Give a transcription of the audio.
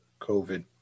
COVID